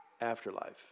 afterlife